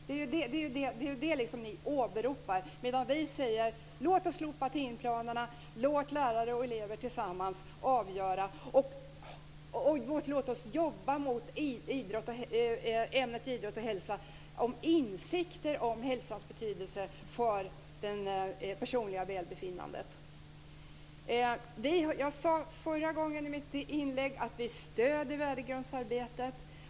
Det är ju det som ni åberopar, medan vi säger att man ska slopa timplanerna och låta elever och lärare tillsammans avgöra detta. Låt oss jobba för ämnet idrott och hälsa och insikter om hälsans betydelse för det personliga välbefinnandet. Jag sade i mitt tidigare inlägg att vi stöder värdegrundsarbetet.